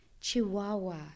Chihuahua